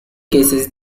cases